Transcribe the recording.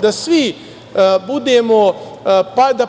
da svi